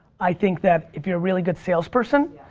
i think that if you're a really good salesperson.